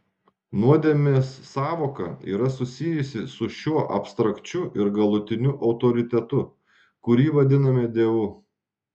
nuodėmės sąvoka yra susijusi su šiuo abstrakčiu ir galutiniu autoritetu kurį vadiname dievu